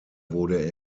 wurde